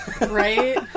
Right